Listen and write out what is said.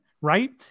right